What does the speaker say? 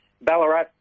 Ballarat